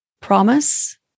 promise